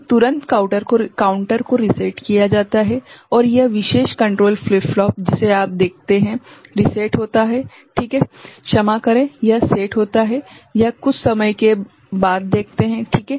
तो तुरंत काउंटर को रीसेट किया जाता है और यह विशेष कंट्रोल फ्लिप फ्लॉप जिसे आप देखते हैं रीसेट होता है ठीक है क्षमा करे यह सेट है यह कुछ समय के बाद देखते है ठीक है